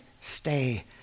Stay